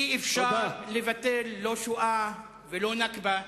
אי-אפשר לבטל, לא שואה ולא "נכבה".